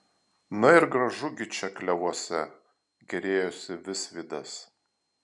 na ir gražu gi čia klevuose gėrėjosi visvydas